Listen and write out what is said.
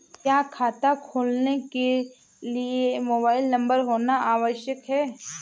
क्या खाता खोलने के लिए मोबाइल नंबर होना आवश्यक है?